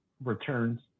returns